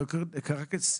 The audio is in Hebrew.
דוקטור קרקיס,